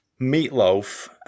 meatloaf